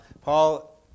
Paul